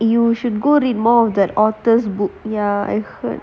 you should go read more of that author book